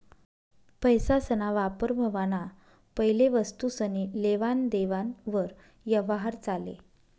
पैसासना वापर व्हवाना पैले वस्तुसनी लेवान देवान वर यवहार चाले